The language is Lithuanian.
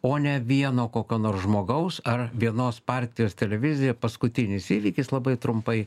o ne vieno kokio nors žmogaus ar vienos partijos televizija paskutinis įvykis labai trumpai